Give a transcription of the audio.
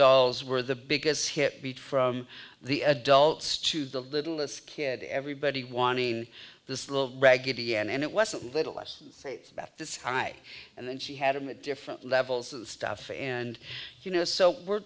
dolls were the biggest hit beat from the adults to the littlest kid everybody wanting this little raggedy ann and it was a little less face about this high and then she had him at different levels and stuff and you know so we're